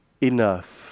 enough